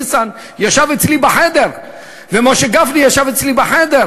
ניסן ישב אצלי בחדר ומשה גפני ישב אצלי בחדר,